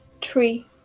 three